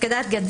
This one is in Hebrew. הפקדת גט,